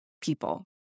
people